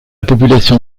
population